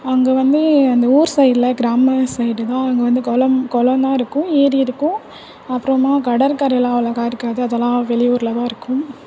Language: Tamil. அங்கே வந்து அந்த ஊர் சைடில் கிராம சைடு தான் அங்கே வந்து குளம் குளந்தான் இருக்கும் ஏரி இருக்கும் அப்புறமா கடற்கரையிலாம் அழகாக இருக்கிறது அதெல்லாம் வெளி ஊரில் தான் இருக்கும்